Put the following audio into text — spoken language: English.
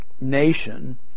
nation